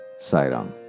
Sairam